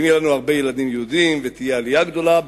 ואם יהיו לנו הרבה ילדים יהודים ותהיה עלייה גדולה,